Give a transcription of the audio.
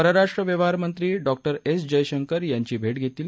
परराष्ट्र व्यवहारमंत्री doctor S Jaishankar त्यांची भेट घेतील